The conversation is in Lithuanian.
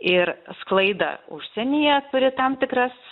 ir sklaidą užsienyje turi tam tikras